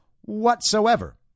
whatsoever